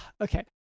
okay